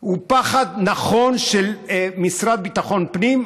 הוא פחד נכון של המשרד לביטחון הפנים,